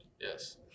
Yes